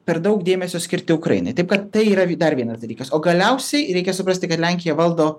per daug dėmesio skirti ukrainai taip kad tai yra dar vienas dalykas o galiausiai reikia suprasti kad lenkiją valdo